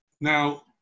Now